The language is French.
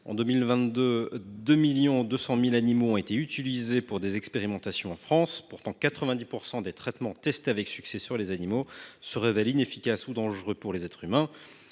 En 2022, quelque 2,2 millions d’animaux ont été utilisés pour des expérimentations en France. Pourtant, 90 % des traitements testés avec succès sur les animaux se révèlent inefficaces ou dangereux pour les êtres humains.